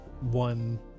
one